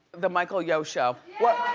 the michael yo show.